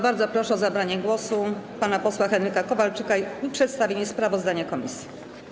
Bardzo proszę o zabranie głosu pana posła Henryka Kowalczyka i przedstawienie sprawozdania komisji.